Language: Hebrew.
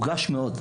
מורגשת מאוד.